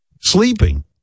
sleeping